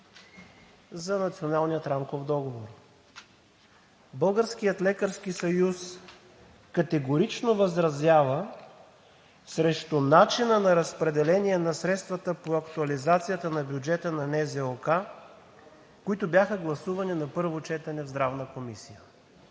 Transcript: за Националния рамков договор. Българският лекарски съюз категорично възразява срещу начина на разпределение на средствата по актуализацията на бюджета на НЗОК, които бяха гласувани на първо четене в Здравната комисия.